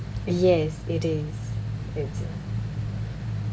yes it is it's a